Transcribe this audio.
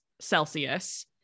Celsius